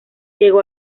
llegó